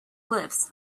glyphs